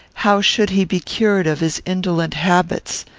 how should he be cured of his indolent habits?